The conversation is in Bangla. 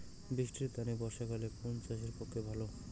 বৃষ্টির তানে বর্ষাকাল কুন চাষের পক্ষে ভালো?